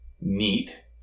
Neat